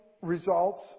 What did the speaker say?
results